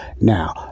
Now